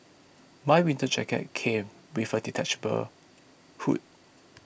my winter jacket came with a detachable hood